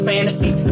Fantasy